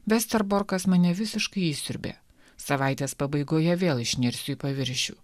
vesterborkas mane visiškai įšsiurbė savaitės pabaigoje vėl išnirsiu į paviršių